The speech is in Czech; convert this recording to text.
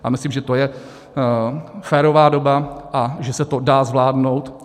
A myslím, že to je férová doba a že se to dá zvládnout.